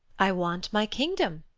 i want my kingdom.